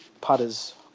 putters